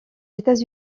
états